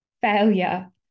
failure